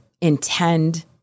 intend